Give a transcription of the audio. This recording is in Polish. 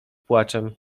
płaczem